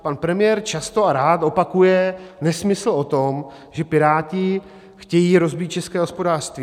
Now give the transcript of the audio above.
Pan premiér často a rád opakuje nesmysl o tom, že Piráti chtějí rozbít české hospodářství.